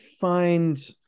find